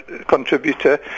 contributor